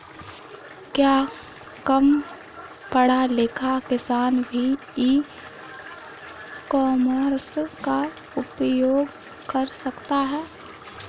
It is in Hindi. क्या कम पढ़ा लिखा किसान भी ई कॉमर्स का उपयोग कर सकता है?